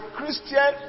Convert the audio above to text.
Christian